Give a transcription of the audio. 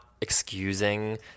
excusing